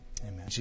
Amen